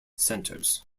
centers